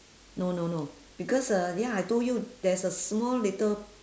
no no no because uh ya I told you there's a small little